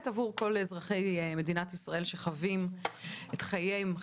עבור כל אזרחי מדינת ישראל שחבים את חייהם,